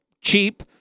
cheap